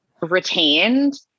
retained